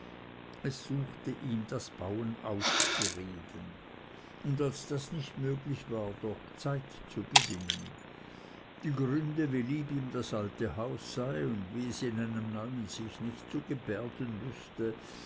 es suchte ihm das bauen auszureden und als das nicht möglich war doch zeit zu gewinnen die gründe wie lieb ihm das alte haus sei wie es in einem neuen sich nicht zu gebärden wüßte